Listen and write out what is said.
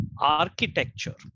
architecture